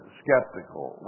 skeptical